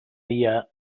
dia